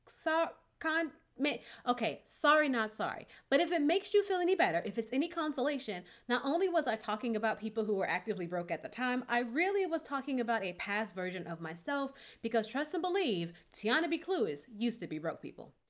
so kin may okay, sorry, not sorry. but if it makes you feel any better, if it's any consolation, not only was i talking about people who were actively broke at the time, i really was talking about a past version of myself because trust and believe tiana b clewis used to be broke people.